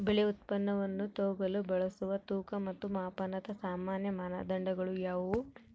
ಬೆಳೆ ಉತ್ಪನ್ನವನ್ನು ತೂಗಲು ಬಳಸುವ ತೂಕ ಮತ್ತು ಮಾಪನದ ಸಾಮಾನ್ಯ ಮಾನದಂಡಗಳು ಯಾವುವು?